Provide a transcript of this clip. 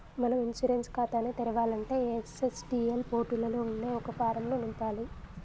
మనం ఇన్సూరెన్స్ ఖాతాని తెరవాలంటే ఎన్.ఎస్.డి.ఎల్ పోర్టులలో ఉండే ఒక ఫారం ను నింపాలి